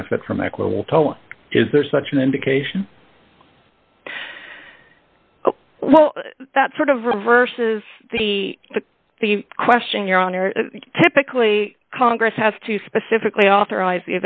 benefit from equitable tone is there such an indication well that sort of reverses the the the question your honor typically congress has to specifically authorize